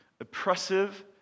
Oppressive